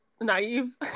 Naive